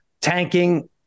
tanking